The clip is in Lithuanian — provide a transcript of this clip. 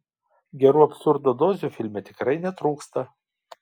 gerų absurdo dozių filme tikrai netrūksta